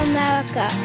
America